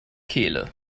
kehle